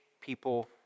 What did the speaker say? people